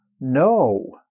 No